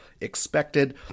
expected